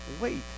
wait